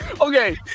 okay